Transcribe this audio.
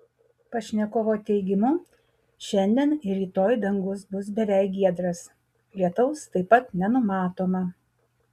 pašnekovo teigimu šiandien ir rytoj dangus bus beveik giedras lietaus taip pat nenumatoma